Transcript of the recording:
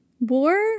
War